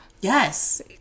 Yes